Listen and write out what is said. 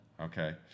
Okay